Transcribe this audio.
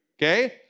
okay